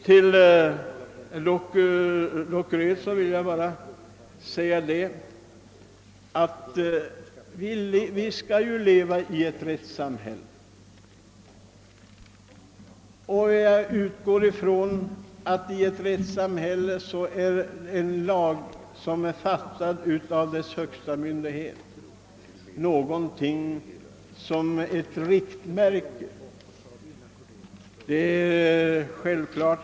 Vi påstås ju ändå leva i ett rättssamhälle, herr Dockered, och då utgår jag ifrån att i det samhället gäller de lagar som fastställts av landets högsta myndighet; de är ett riktmärke för oss.